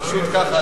פשוט ככה.